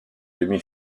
demi